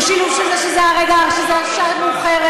הוא שילוב של זה שזה היה הרגע, שהשעה מאוחרת,